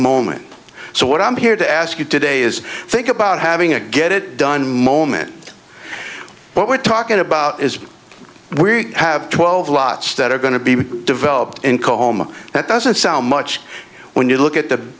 moment so what i'm here to ask you today is think about having a get it done moment what we're talking about is we have twelve lots that are going to be developed in ca home that doesn't sound much when you look at the